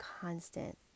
constant